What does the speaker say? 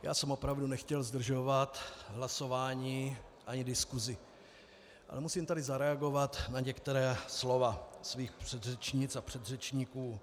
Já jsem opravdu nechtěl zdržovat hlasování ani diskusi, ale musím tady zareagovat na některá slova svých předřečnic a předřečníků.